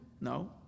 No